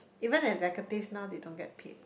even executives now they don't get paid